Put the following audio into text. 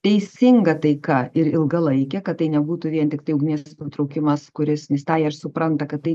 teisinga taika ir ilgalaikė kad tai nebūtų vien tiktai ugnies nutraukimas kuris nes tą jie ir supranta kad tai